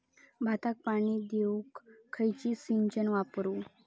भाताक पाणी देऊक खयली सिंचन वापरू?